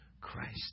Christ